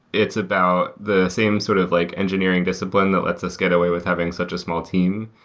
it's about the same sort of like engineering discipline that lets us get away with having such a small team.